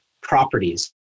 properties